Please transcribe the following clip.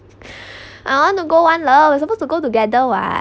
I want to go [one] loh is supposed to go together [what]